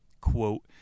Quote